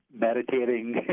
meditating